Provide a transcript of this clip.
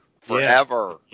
Forever